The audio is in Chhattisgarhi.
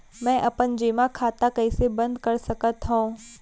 मै अपन जेमा खाता कइसे बन्द कर सकत हओं?